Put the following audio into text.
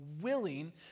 willing